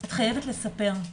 את חייבת לספר,